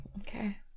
Okay